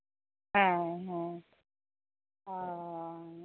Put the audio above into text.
ᱦᱮᱸ ᱦᱮᱸ ᱚᱸᱻ